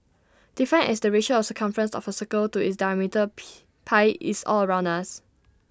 defined as the ratio of the circumference of A circle to its diameter P pi is all around us